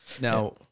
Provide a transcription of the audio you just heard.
now